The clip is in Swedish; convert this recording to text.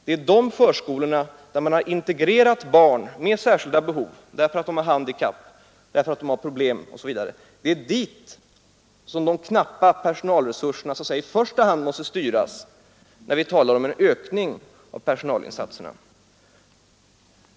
Det är till de förskolorna där man integrerat barn med särskilda behov — därför att de är handikappade, har problem osv. — som de knappa personalresursernm i första hand måste styras när det är fråga om en ökning av personalresurserna.